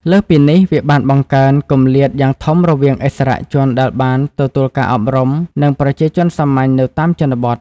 លើសពីនេះ វាបានបង្កើនគម្លាតយ៉ាងធំរវាងឥស្សរជនដែលបានទទួលការអប់រំ និងប្រជាជនសាមញ្ញនៅតាមជនបទ។